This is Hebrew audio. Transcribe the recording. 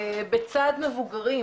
בצד מבוגרים,